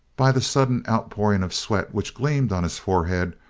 by the sudden outpouring of sweat which gleamed on his forehead,